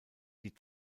die